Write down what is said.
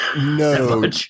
No